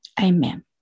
Amen